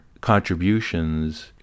contributions